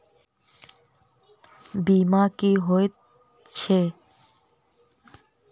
बीमा की होइत छी?